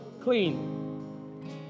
clean